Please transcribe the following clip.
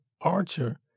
archer